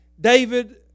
David